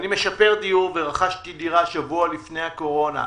אני משפר דיור ורכשתי דירה שבוע לפני הקורונה.